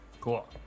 Cool